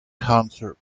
concert